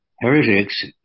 heretics